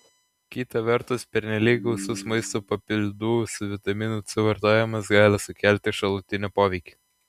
kita vertus pernelyg gausus maisto papildų su vitaminu c vartojimas gali sukelti šalutinį poveikį